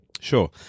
Sure